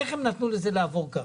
איך הם נתנו לזה לעבור כך.